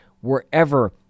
wherever